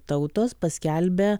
tautos paskelbia